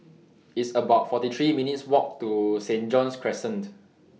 It's about forty three minutes' Walk to Saint John's Crescent